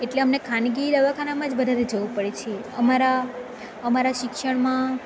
એટલે અમને ખાનગી દવાખાનામાં જ વધારે જવું પડે છે અમારા અમારા શિક્ષણમાં